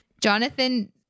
Jonathan